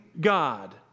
God